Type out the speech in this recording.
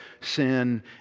sin